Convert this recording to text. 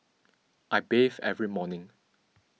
I bathe every morning